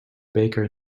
baker